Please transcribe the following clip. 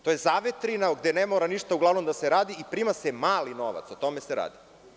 To je zavetrina gde ne mora uglavnom ništa da se radi i prima se mali novac, o tome se radi.